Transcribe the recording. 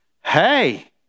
hey